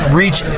reach